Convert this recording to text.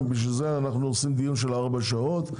לשם כך נקיים דיון של ארבע שעות,